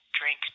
drink